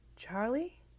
Charlie